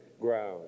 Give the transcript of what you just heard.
ground